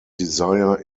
desire